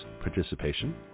participation